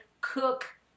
cook